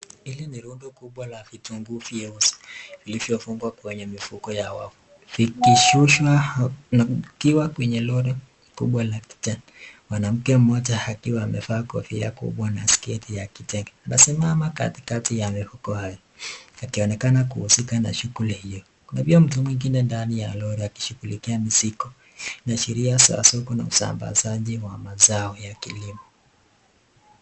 Hili ni rundo kubwa la vitunguu vyeusi, vilivyofungwa kwenye mifuko ya wavu, vikishushwa vikiwa kwenye lori kubwa la kijani. Mwanake mmoja akiwa amevaa kofia kubwa na sketi ya kitenge amesimama katikati ya heruko hayo akionekana kuhusika na shughuli hiyo. Kuna pia mtu mwingine ndani ya lori akishughulikia mizigo, na sheria za soko na usambazaji wa mazao ya kilimo.